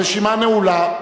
הרשימה נעולה.